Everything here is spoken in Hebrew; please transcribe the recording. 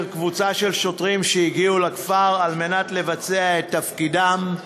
קבוצה של שוטרים שהגיעו לכפר כדי לבצע את תפקידם,